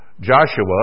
Joshua